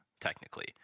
technically